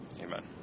Amen